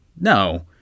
No